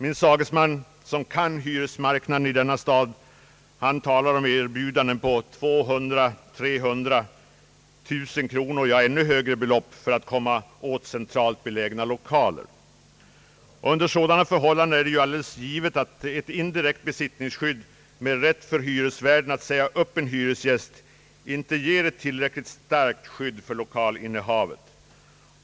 En sagesman, som kan hyresmarknaden i denna stad, har talat om erbjudanden på 200 000, 300 000 kronor, ja, ännu högre belopp, för att komma åt centralt belägna lokaler. Under sådana förhållanden är det ju givet att ett indirekt besittningsskydd med rätt för hyresvärden att säga upp en hyresgäst inte ger ett tillräckligt starkt skydd för lokalinnehavet.